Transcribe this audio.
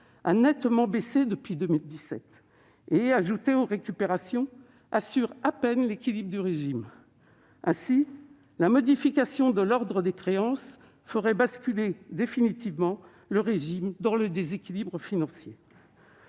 nettement baissé depuis 2017. Ajouté aux récupérations, il assure à peine l'équilibre du régime. La modification de l'ordre des créances ferait ainsi définitivement basculer le régime dans le déséquilibre financier.